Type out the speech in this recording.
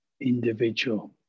individual